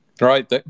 Right